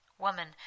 Woman